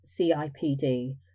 CIPD